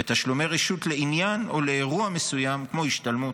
ותשלומי רשות לעניין או לאירוע מסוים כמו השתלמות.